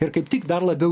ir kaip tik dar labiau